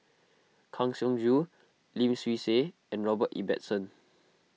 Kang Siong Joo Lim Swee Say and Robert Ibbetson